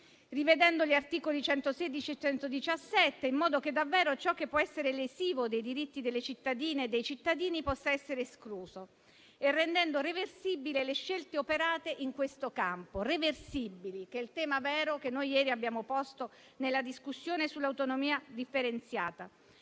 rivedendo gli articoli 116 e 117, in modo che davvero ciò che può essere lesivo dei diritti delle cittadine e dei cittadini possa essere escluso, e rendendo reversibili le scelte operate in questo campo. Reversibili: è il tema vero che ieri abbiamo posto nella discussione sull'autonomia differenziata.